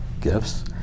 gifts